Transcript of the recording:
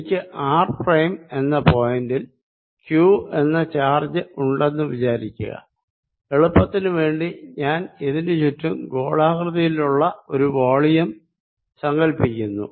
എനിക്ക് R prime എന്ന പോയിന്റ്ൽ ക്യൂ എന്ന ചാർജ് ഉണ്ടെന്നു വിചാരിക്കുക എളുപ്പത്തിനുവേണ്ടി ഞാൻ ഇതിനു ചുറ്റും ഗോളാകൃതിയിലുള്ള ഒരു വോളിയം സങ്കൽപ്പിക്കുന്നു